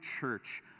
Church